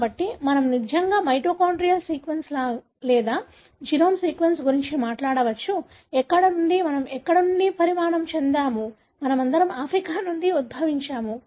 కాబట్టి మనం నిజంగా మైటోకాన్డ్రియల్ సీక్వెన్స్ లేదా జీనోమ్ సీక్వెన్స్ గురించి మాట్లాడవచ్చు ఎక్కడ నుండి మనం ఎక్కడ నుండి పరిణామం చెందాము మనమందరం ఆఫ్రికా నుండి ఉద్భవించాము